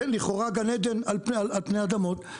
כן לכאורה גן עדן על פני אדמות,